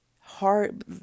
hard